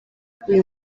uyu